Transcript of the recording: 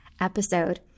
episode